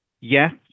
yes